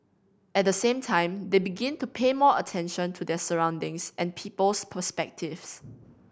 at the same time they begin to pay more attention to their surroundings and people's perspectives